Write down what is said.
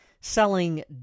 Selling